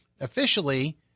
officially